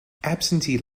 absentee